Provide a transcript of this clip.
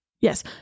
yes